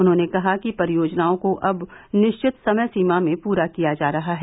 उन्होंने कहा कि परियोजनाओं को अब निश्चित समय सीमा में पूरा किया जा रहा है